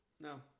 No